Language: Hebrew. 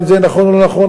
אם זה נכון או לא נכון,